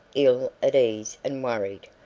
ill at ease and worried.